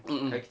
mm mm